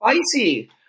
spicy